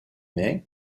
mains